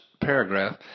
paragraph